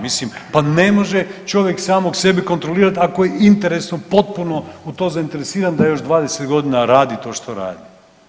Mislim da pa ne može čovjek samog sebe kontrolirati ako je interesom potpuno u to zainteresiran da još 20 godina radi to što radi.